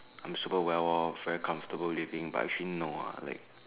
I am super well off very comfortable living but actually no ah like